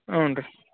ಹ್ಞೂ ರೀ